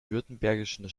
württembergischen